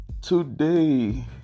Today